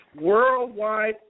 worldwide